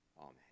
Amen